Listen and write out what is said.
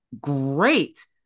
great